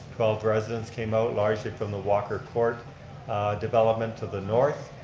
twelve residents came out largely from the walker court development to the north,